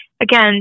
again